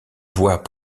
voies